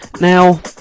Now